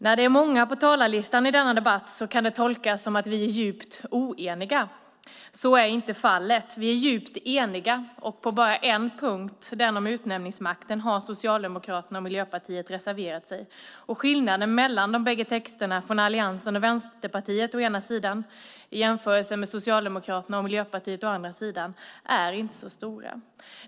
När det är många på talarlistan i denna debatt kan det tolkas så att vi är djupt oeniga. Så är inte fallet. Vi är djupt eniga. På bara en punkt, den om utnämningsmakten, har Socialdemokraterna och Miljöpartiet reserverat sig. Skillnaden mellan de bägge texterna från alliansen och Vänsterpartiet å ena sidan och från Socialdemokraterna och Miljöpartiet å andra sidan är inte stora.